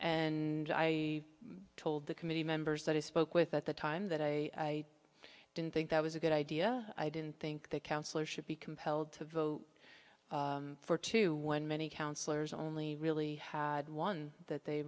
and i told the committee members that i spoke with at the time that i didn't think that was a good idea i didn't think that councillors should be compelled to vote for two when many councillors only really had one that they